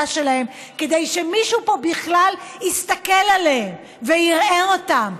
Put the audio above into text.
שלהם כדי שמישהו פה בכלל יסתכל עליהם ויראה אותם?